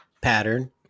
pattern